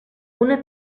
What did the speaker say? una